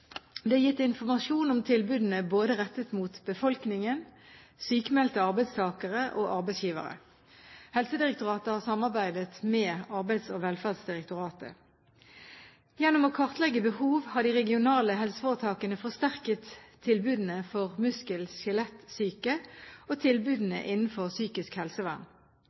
Det er gitt informasjon om tilbudene rettet mot både befolkningen, sykmeldte arbeidstakere og arbeidsgivere. Helsedirektoratet har samarbeidet med Arbeids- og velferdsdirektoratet. Gjennom å kartlegge behov har de regionale helseforetakene forsterket tilbudene for muskel-skjelettsyke og tilbudene innenfor psykisk helsevern.